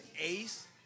ace